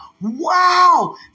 Wow